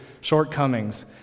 shortcomings